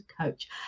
coach